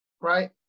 right